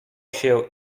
się